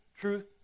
truth